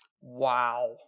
Wow